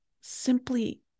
simply